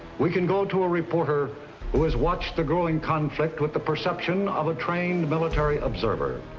we can go to a reporter who has watched the growing conflict with the perception of a trained military observer.